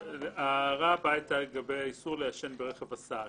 ההערה הבאה היתה לגבי האיסור לעשן ברכב הסעה.